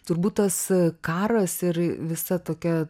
turbūt tas karas ir visa tokia